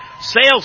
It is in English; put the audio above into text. Sales